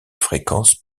fréquences